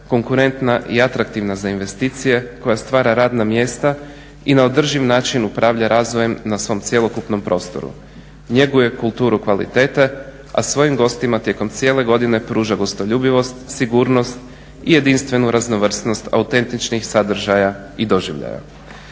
konkurentna i atraktivna za investicije koja stvara radna mjesta i na održiv način upravlja razvojem na svom cjelokupnom prostoru. Njeguje kulturu kvalitete, a svojim gostima tijekom cijele godine pruža gostoljubivost, sigurnost i jedinstvenu raznovrsnost autentičnih sadržaja i doživljaja.